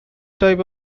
type